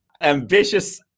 ambitious